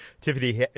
Tiffany